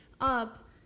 up